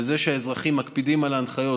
בזה שהאזרחים מקפידים על ההנחיות,